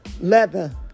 leather